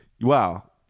wow